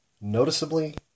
noticeably